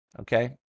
okay